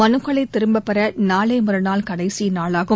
மனுக்களை திரும்பப் பெற நாளை மறுநாள் கடைசி நாளாகும்